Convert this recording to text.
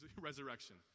resurrection